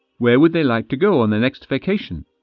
where would they like to go on their next vacation?